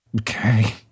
Okay